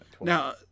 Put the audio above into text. Now